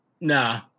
nah